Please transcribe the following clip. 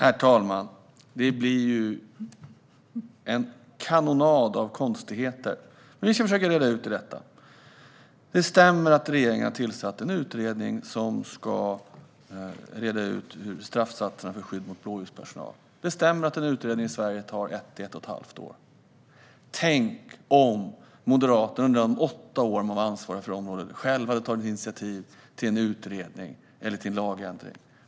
Fru ålderspresident! Detta blir en kanonad av konstigheter, men vi ska försöka reda ut vad som är rätt. Det stämmer att regeringen har tillsatt en utredning som ska titta på straffsatserna för skydd av blåljuspersonal. Det stämmer att en utredning i Sverige tar ett till ett och ett halvt år. Tänk om Moderaterna under de åtta år de var ansvariga för området själva hade tagit initiativ till en utredning eller en lagändring!